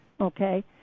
okay